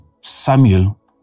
Samuel